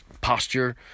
posture